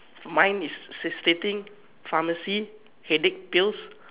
mine is s~ stating pharmacy headache pills